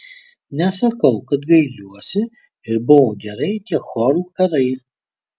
nesakau kad gailiuosi ir buvo gerai tie chorų karai